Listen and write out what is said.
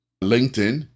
LinkedIn